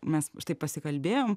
mes štai pasikalbėjom